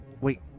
Wait